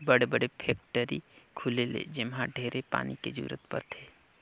बड़े बड़े फेकटरी खुली से जेम्हा ढेरे पानी के जरूरत परथे